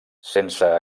sense